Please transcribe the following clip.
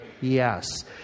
Yes